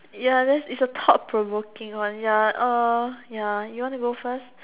ya that it's a thought provoking one ya ya you want to go first